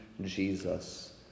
Jesus